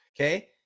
okay